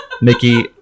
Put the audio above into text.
Mickey